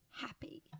happy